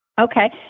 Okay